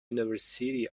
university